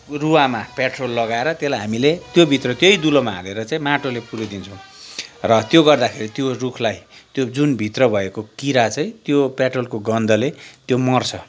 रुवामा petrol लगाएर त्यसलाई हामीले त्योभित्र त्यही दुलोमा हालेर चाहिँ माटोले पुरिदिन्छौँ र त्यो गर्दाखेरि त्यो रुखलाई त्यो जुन भित्र भएको किरा चाहिँ त्यो पेट्रोलको गन्धले त्यो मर्छ